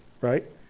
right